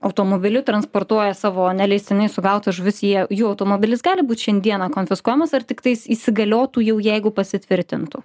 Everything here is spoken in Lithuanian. automobiliu transportuoja savo neleistinai sugautas žuvis jie jų automobilis gali būti šiandieną konfiskuojamas ar tiktais įsigaliotų jau jeigu pasitvirtintų